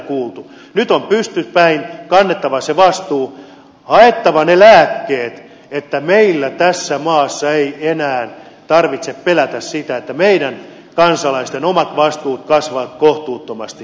nyt on pystypäin kannettava se vastuu haettava ne lääkkeet että meidän tässä maassa ei enää tarvitsisi pelätä sitä että meidän kansalaistemme omat vastuut kasvavat kohtuuttomasti